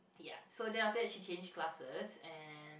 ya so then after that she change classes and